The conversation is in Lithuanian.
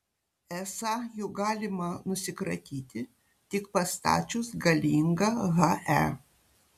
esą jų galima nusikratyti tik pastačius galingą he